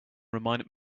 reminded